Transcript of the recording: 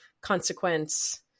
consequence